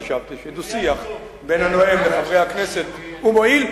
חשבתי שדו-שיח בין הנואם לחברי הכנסת הוא מועיל,